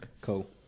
Cool